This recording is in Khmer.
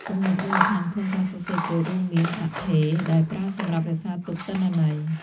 គំនិតមូលដ្ឋានក្នុងការសរសេរកូដរួមមាន អថេរ ដែលប្រើសម្រាប់រក្សាទុកទិន្នន័យ។